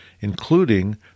including